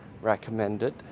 recommended